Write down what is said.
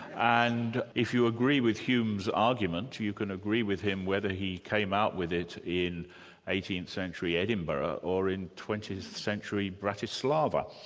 and if you agree with hume's argument, you you can agree with him whether he came out with it in eighteenth century edinburgh, or in twentieth century bratislava.